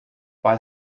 weil